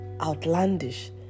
outlandish